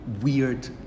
weird